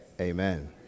amen